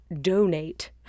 donate